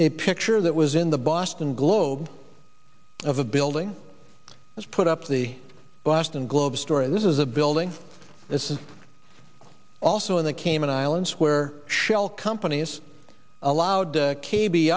a picture that was in the boston globe of a building was put up the boston globe story this is a building this is also in the cayman islands where shell companies allowed